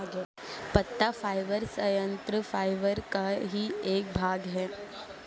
पत्ता फाइबर संयंत्र फाइबर का ही एक भाग है